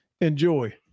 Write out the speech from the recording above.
enjoy